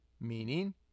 meaning